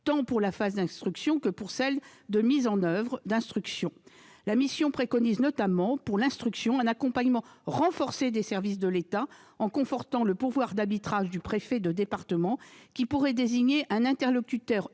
tant pour la phase d'instruction que pour celle de mise en oeuvre. Elle préconise notamment, pour l'instruction, un accompagnement renforcé des services de l'État, en confortant le pouvoir d'arbitrage du préfet de département qui pourrait désigner un interlocuteur unique